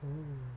mm